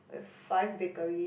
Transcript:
we have five bakery